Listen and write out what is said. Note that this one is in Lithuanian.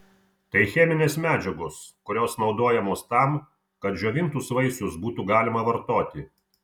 tai cheminės medžiagos kurios naudojamos tam kad džiovintus vaisius būtų galima vartoti